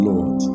Lord